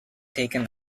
taken